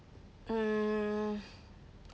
mm